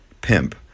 Pimp